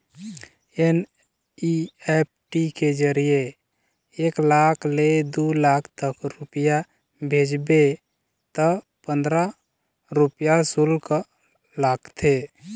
NEFT के जरिए एक लाख ले दू लाख तक रूपिया भेजबे त पंदरा रूपिया सुल्क लागथे